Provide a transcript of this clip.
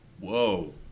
Whoa